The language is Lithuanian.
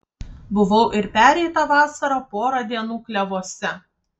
buvau ir pereitą vasarą porą dienų klevuose